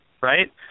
right